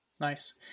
Nice